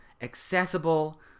accessible